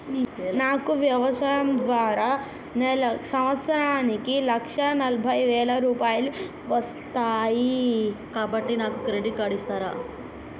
నాకు వ్యవసాయం ద్వారా సంవత్సరానికి లక్ష నలభై వేల రూపాయలు వస్తయ్, కాబట్టి నాకు క్రెడిట్ కార్డ్ ఇస్తరా?